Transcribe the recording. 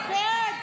52